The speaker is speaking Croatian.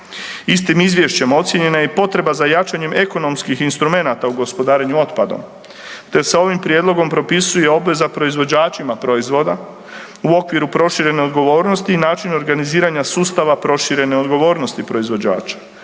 Istim izvješćem ocijenjena je i potreba za jačanjem ekonomskih instrumenata u gospodarenju otpadom, te se ovim prijedlogom propisuje obveza proizvođačima proizvoda u okviru proširene odgovornosti i načinu organiziranja sustava proširene odgovornosti proizvođača